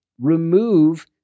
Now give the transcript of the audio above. remove